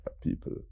people